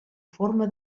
forma